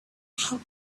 how